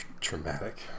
traumatic